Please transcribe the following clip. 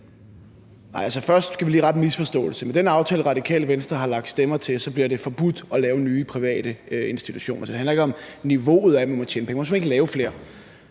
Først skal vi lige rette en misforståelse. Med den aftale, Radikale Venstre har lagt stemmer til, bliver det forbudt at lave nye private institutioner. Så det handler ikke om niveauet for, hvad man må tjene – man må simpelt hen ikke lave flere.